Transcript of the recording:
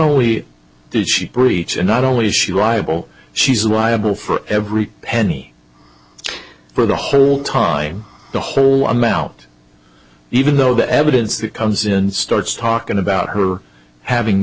only does she breach and not only is she rival she's liable for every penny for the whole time the whole amount even though the evidence that comes in and starts talking about her having